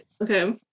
okay